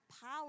power